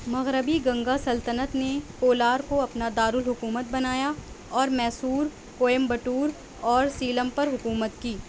مغربی گنگا سلطنت نے کولار کو اپنا دارالحکومت بنایا اور میسور کوئمبٹور اور سیلم پر حکومت کی